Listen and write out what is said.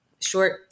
short